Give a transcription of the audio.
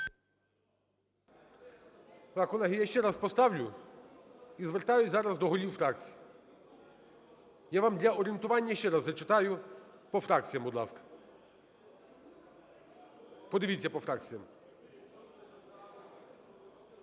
колеги, я ще раз поставлю. І звертаюсь зараз до голів фракцій. Я вам для орієнтування ще раз зачитаю по фракціям, будь ласка. Подивіться по фракціям,